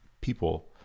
people